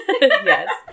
Yes